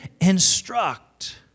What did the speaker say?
instruct